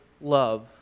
love